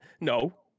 No